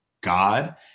God